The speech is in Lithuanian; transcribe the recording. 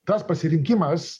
tas pasirinkimas